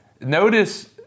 Notice